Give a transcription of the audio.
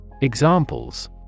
Examples